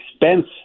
expense